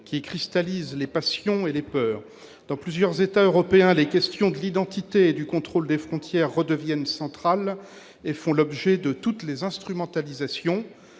qui cristallise les passions et les peurs. Dans plusieurs États européens, les questions de l'identité et du contrôle des frontières redeviennent centrales et font l'objet de toutes les instrumentalisations.